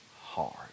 hard